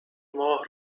ماه